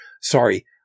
sorry